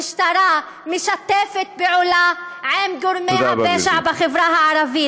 המשטרה משתפת פעולה עם גורמי הפשע,